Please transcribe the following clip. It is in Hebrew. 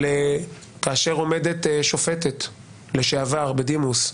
אבל כאשר עומדת שופטת לשעבר, בדימוס,